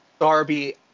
Darby